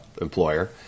employer